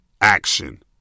Action